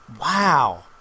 Wow